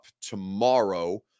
tomorrow